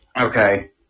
Okay